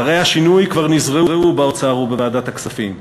זרעי השינוי כבר נזרעו באוצר ובוועדת הכספים.